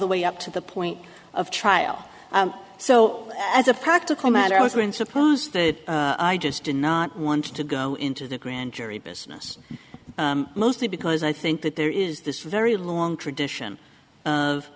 the way up to the point of trial so as a practical matter i was going suppose that i just did not want to go into the grand jury business mostly because i think that there is this very long tradition of